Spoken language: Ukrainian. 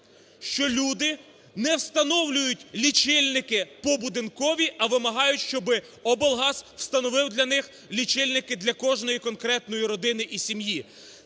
що люди не встановлюють лічильники будинкові, а вимагають щоб облгаз встановив для них лічильники для кожної конкретної родини і сім'ї.